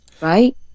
right